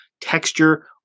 texture